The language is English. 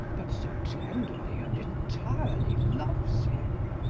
that so tenderly and entirely loves him.